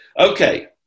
Okay